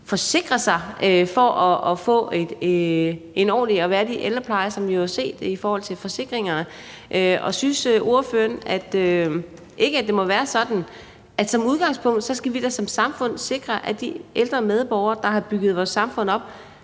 forsikre sig for at få en ordentlig og værdig ældrepleje, hvad vi jo har set, altså i forhold til forsikringer? Og synes ordføreren ikke, at det må være sådan, at vi da som samfund i udgangspunktet skal sikre, at de ældre medborgere, der har bygget vores samfund op,